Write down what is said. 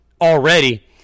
already